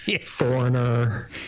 Foreigner